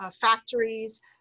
factories